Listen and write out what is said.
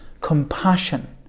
compassion